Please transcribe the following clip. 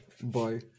Bye